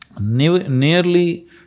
nearly